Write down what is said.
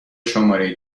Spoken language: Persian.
شماره